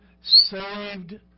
saved